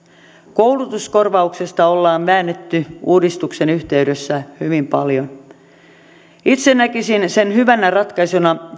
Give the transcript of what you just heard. koulutuskorvauksesta ollaan väännetty uudistuksen yhteydessä hyvin paljon itse näkisin sen hyvänä ratkaisuna